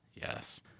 Yes